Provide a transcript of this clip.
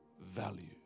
value